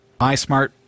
iSmart